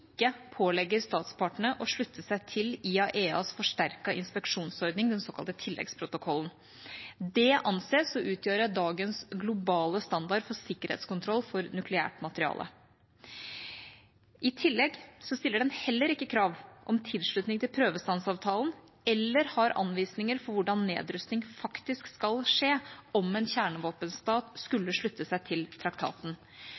ikke pålegger statspartene å slutte seg til IAEAs forsterkede inspeksjonsordning, den såkalte tilleggsprotokollen. Det anses å utgjøre dagens globale standard for sikkerhetskontroll av nukleært materiale. I tillegg stiller den ikke krav om tilslutning til prøvestansavtalen og har heller ikke anvisninger for hvordan nedrustning faktisk skal skje om en kjernevåpenstat